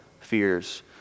fears